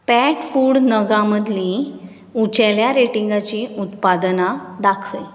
pet food नगां मदलीं उंचेल्या रेटिंगांची उत्पादनां दाखय